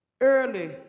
Early